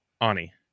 Ani